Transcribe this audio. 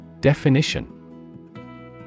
Definition